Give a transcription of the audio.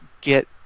get